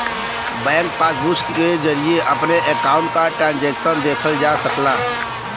bank passbook के जरिये अपने अकाउंट क ट्रांजैक्शन देखल जा सकला